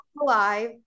alive